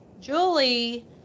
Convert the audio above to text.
Julie